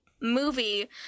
Movie